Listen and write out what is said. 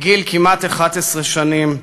בגיל כמעט 11 שנים,